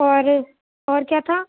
اور اور کیا تھا